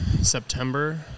September